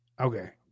Okay